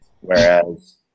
Whereas